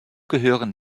gehören